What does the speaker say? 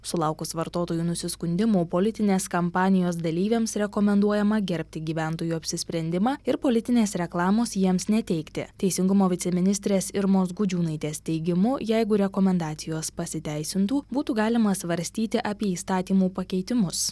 sulaukus vartotojų nusiskundimų politinės kampanijos dalyviams rekomenduojama gerbti gyventojų apsisprendimą ir politinės reklamos jiems neteikti teisingumo viceministrės irmos gudžiūnaitės teigimu jeigu rekomendacijos pasiteisintų būtų galima svarstyti apie įstatymų pakeitimus